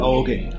okay